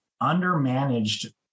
under-managed